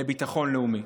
לביטחון לאומי.